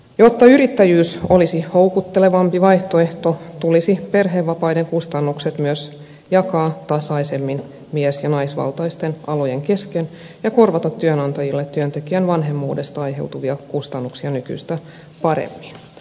jotta yrittäjyys oli houkuttelevampi vaihtoehto tulisi perhevapaiden kustannukset myös jakaa tasaisemmin mies ja naisvaltaisten alojen kesken ja korvata työnantajille työntekijän vanhemmuudesta aiheutuvia kustannuksia nykyistä paremmin